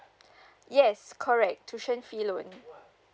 yes correct tuition fee loan